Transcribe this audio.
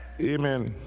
Amen